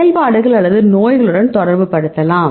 செயல்பாடுகள் அல்லது நோய்களுடன் தொடர்புபடுத்தலாம்